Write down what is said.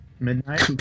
midnight